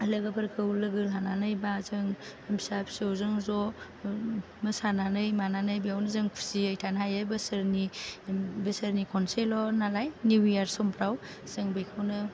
लोगोफोरखौ लोगो लानानै बा जों फिसा फिसौजों ज मोसानानै मानानै बेयावनो जों खुसियै थानो हायो बोसोरनि बोसोरनि खनसेल' नालाय निउ इयार समफ्राव जों बेखौनो